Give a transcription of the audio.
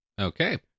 Okay